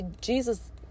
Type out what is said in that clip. Jesus